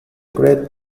great